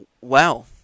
Wow